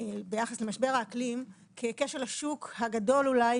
ביחס למשבר האקלים, ככשל השוק הגדול ביותר אולי,